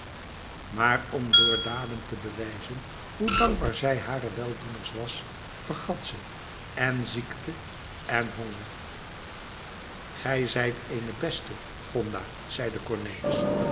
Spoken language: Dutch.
maar om door daden te bewijzen hoe dankbaar zij hare weldoeners was vergat ze èn ziekte èn honger gij zijt eene beste gonda zeide cornelis